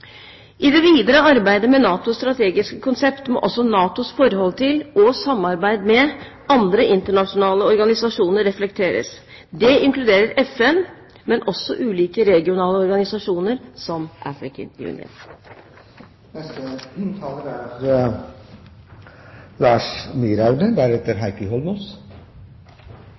I det videre arbeidet med NATOs strategiske konsept må også NATOs forhold til og samarbeid med andre internasjonale organisasjoner reflekteres. Det inkluderer FN, men også ulike regionale organisasjoner som African Union. Det er